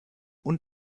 und